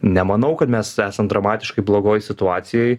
nemanau kad mes esam dramatiškai blogoj situacijoj